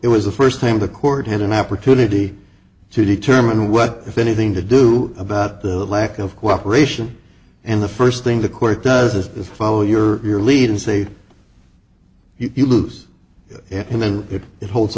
it was the first time the court had an opportunity to determine what if anything to do about the lack of cooperation and the first thing the court does is follow your lead and say you lose it and then if it holds